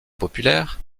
populaire